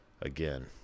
again